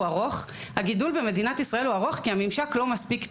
ארוך והוא ארוך כי הממשק לא מספיק טוב.